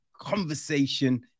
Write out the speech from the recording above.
conversation